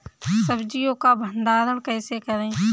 सब्जियों का भंडारण कैसे करें?